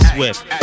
Swift